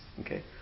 okay